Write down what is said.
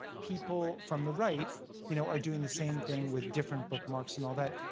people from the right you know are doing the same thing with different bookmarks and all that.